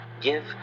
Give